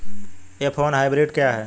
F one hybrid क्या है?